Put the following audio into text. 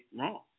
wrong